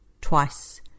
twice